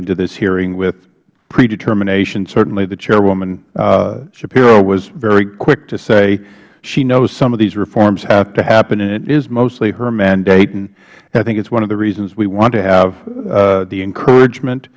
into this hearing with predetermination certainly chairwoman shapiro was very quick to say she knows some of these reforms have to happen and it is mostly her mandate and i think it's one of the reasons we want to have the encouragement